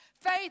Faith